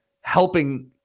helping